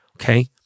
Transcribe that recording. Okay